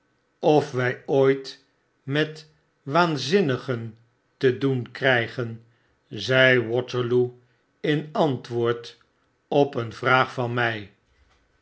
of wij ooit met waanzinnigen te doen krygen zei waterloo in antwoord op een vraag van my